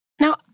Now